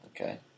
Okay